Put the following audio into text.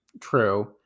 True